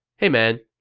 hey man,